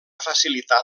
facilitat